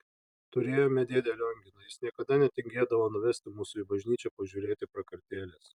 turėjome dėdę lionginą jis niekada netingėdavo nuvesti mūsų į bažnyčią pažiūrėti prakartėlės